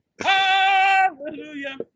Hallelujah